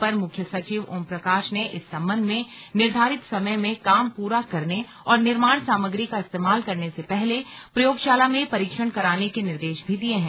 अपर मुख्य सचिव ओम प्रकाश ने इस संबंध में निर्धारित समय में काम पूरा करने और निर्माण सामग्री का इस्तेमाल करने से पहले प्रयोगशाला में परीक्षण कराने के निर्देश भी दिये हैं